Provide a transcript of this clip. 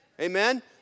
Amen